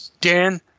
Dan